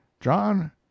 John